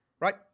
Right